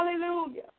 Hallelujah